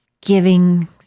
giving